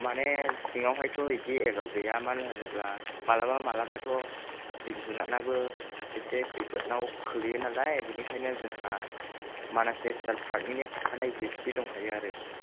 माने सिङावहायथ' इदि एलाव गैया मानो होनोब्ला माब्लाबा माब्लाबाथ' जिब जुनाराबो इसे खैफोदाव खोख्लैयो नालाय बिनिखायनो जोंहा मानास नेसनेल फार्क निनो थिखानाय जिबसि दंखायो आरो